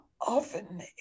Often